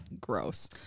gross